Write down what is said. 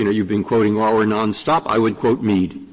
you know you've been quoting auer nonstop, i would quote mead,